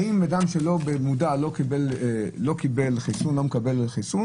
האם אדם שבמודע לא מקבל חיסון,